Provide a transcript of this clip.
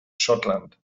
schottland